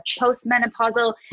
postmenopausal